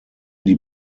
die